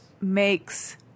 makes